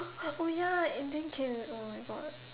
oh ya it didn't came at all oh my God